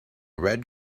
red